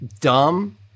dumb